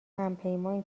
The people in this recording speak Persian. همپیمان